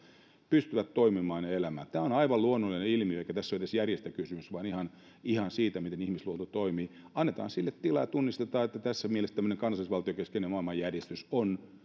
pystyvät toimimaan ja elämään tämä on aivan luonnollinen ilmiö eikä tässä ole edes järjestä kysymys vaan ihan siitä miten ihmisluonto toimii annetaan sille tilaa ja tunnistetaan että tässä mielessä tämmöinen kansallisvaltiokeskeinen maailmanjärjestys on